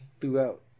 throughout